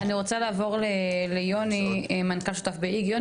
אני רוצה לעבור ליוני, מנכ״ל שותף ב- ׳איגי׳.